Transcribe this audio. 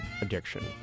addiction